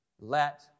Let